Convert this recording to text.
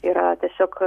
yra tiesiog